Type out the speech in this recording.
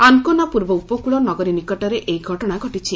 Ancona ପୂର୍ବ ଉପକୃଳ ନଗରୀ ନିକଟରେ ଏହି ଘଟଣା ଘଟିଛି